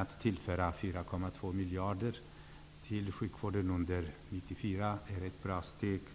Att tillföra 4,2 miljarder till sjukvården under 1994 är ett bra steg, tycker jag.